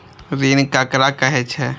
ऋण ककरा कहे छै?